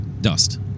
dust